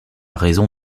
raison